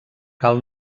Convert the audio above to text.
cal